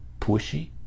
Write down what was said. Pushy